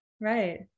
Right